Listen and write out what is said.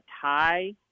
tie